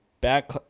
back